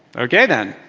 ok then.